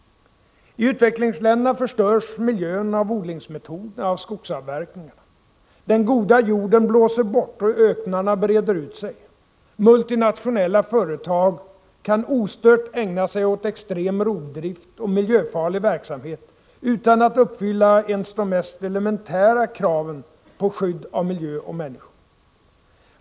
TI utvecklingsländerna förstörs miljön av odlingsmetoderna och av skogsavverkningarna. Den goda jorden blåser bort, och öknarna breder ut sig. Multinationella företag kan ostört ägna sig åt extrem rovdrift och miljöfarlig verksamhet utan att uppfylla ens de mest elementära kraven på skydd av miljö och människor.